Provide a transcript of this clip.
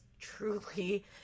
truly